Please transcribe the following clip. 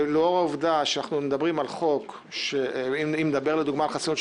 ולאור העובדה שאנחנו מדברים על חוק אם נדבר כמובן על חסינות,